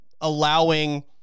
allowing